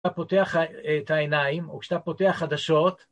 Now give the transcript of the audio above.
כשאתה פותח את העיניים או כשאתה פותח חדשות